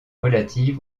relatives